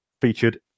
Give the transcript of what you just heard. featured